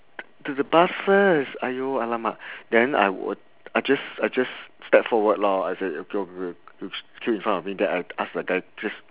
to the bus first !aiyo! !alamak! then I I just I just step forward lor I said okay you queue in front of me then I ask the guy just